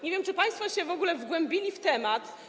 Nie wiem, czy państwo się w ogóle wgłębili w temat.